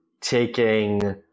taking